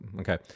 Okay